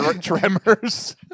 tremors